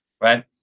right